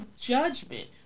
judgment